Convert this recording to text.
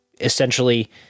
essentially